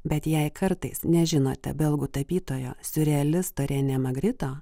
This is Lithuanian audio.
bet jei kartais nežinote belgų tapytojo siurrealisto renė magrito